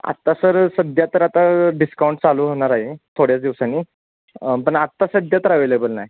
आत्ता सर सध्या तर आता डिस्काउंट चालू होणार आहे थोड्याच दिवसांनी पण आत्ता सध्या तर अवेलेबल नाही